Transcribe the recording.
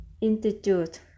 Institute